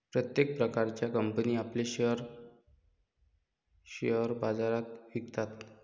प्रत्येक प्रकारच्या कंपनी आपले शेअर्स शेअर बाजारात विकतात